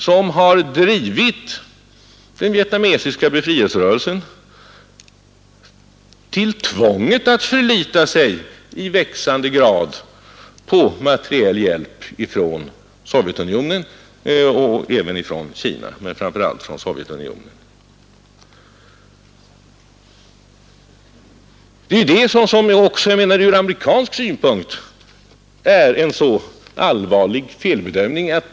Denna har drivit den vietnamesiska befrielserörelsen till tvånget att i växande grad förlita sig på materiell hjälp från framför allt Sovjetunionen men även från Kina. Det är ju detta som också från amerikansk synpunkt borde vara allvarligt.